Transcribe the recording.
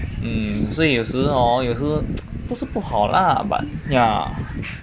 mm 所以有时 hor 有时不是不好啦 but ya